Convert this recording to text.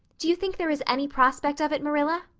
do you think there is any prospect of it, marilla?